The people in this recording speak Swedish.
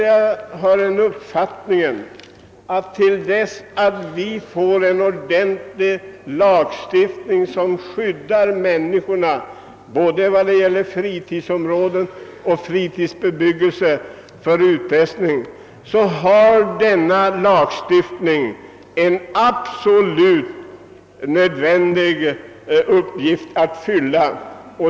Jag har den uppfattningen, att tills vi får en lagstiftning som ordentligt kan skydda människorna, både då det gäller fritidsområden och beträffande fritidsbebyggelse, för sådan press, så har denna lagstiftning en absolut nödvändig uppgift att fylla.